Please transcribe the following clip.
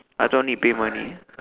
I thought need pay money